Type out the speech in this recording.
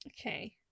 Okay